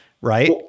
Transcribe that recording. Right